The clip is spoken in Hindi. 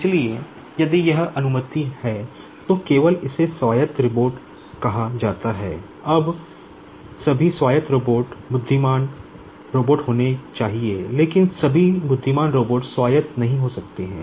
इसलिए यदि यह अनुमति है तो केवल इसे स्वायत्त रोबोट नहीं हो सकते हैं